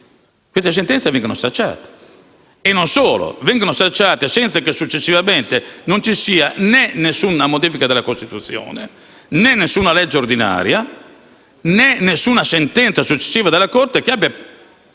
le sue sentenze vengono stracciate. Non solo: vengono stracciate senza che successivamente vi sia alcuna modifica della Costituzione, né alcuna legge ordinaria, né alcuna sentenza successiva della Corte volto a